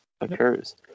occurs